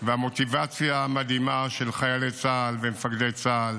והמוטיבציה המדהימה של חיילי צה"ל ומפקדי צה"ל,